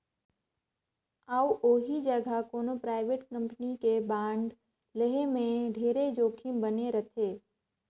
अउ ओही जघा कोनो परइवेट कंपनी के बांड लेहे में ढेरे जोखिम बने रथे